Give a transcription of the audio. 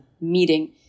meeting